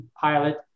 pilot